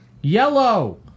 Yellow